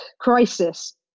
crisis